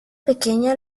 pequeña